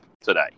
today